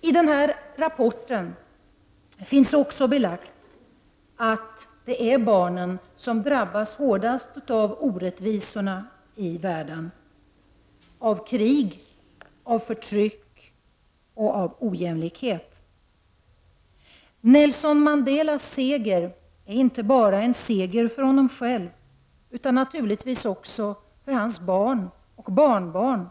I denna rapport finns också belagt att det är barnen som drabbas hårdast av orättvisorna i världen, av krig, förtryck och ojämlikhet. Nelson Mandelas seger är inte bara en seger för honom själv utan naturligtvis också för hans barn och barnbarn,